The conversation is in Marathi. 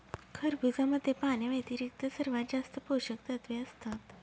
खरबुजामध्ये पाण्याव्यतिरिक्त सर्वात जास्त पोषकतत्वे असतात